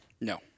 No